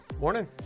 Morning